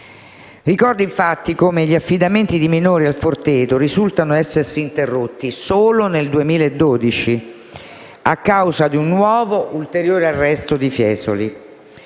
Ricordo infatti come gli affidamenti di minori al Forteto risultano essersi interrotti solo nel 2012 a causa di un nuovo, ulteriore, arresto di Fiesoli.